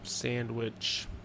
sandwich